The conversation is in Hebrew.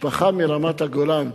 משפחה מרמת-הגולן,